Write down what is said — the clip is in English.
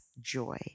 joy